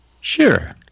Sure